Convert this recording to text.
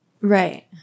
Right